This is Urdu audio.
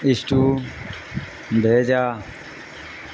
اسٹو بھیجا